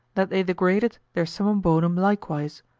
that they degraded their summum bonum likewise,